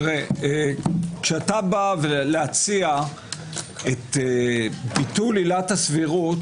כשאתה בא להציע את ביטול עילת הסבירות